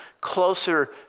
closer